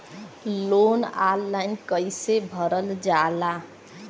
Loan online कइसे भरल जाला?